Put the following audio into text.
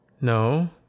No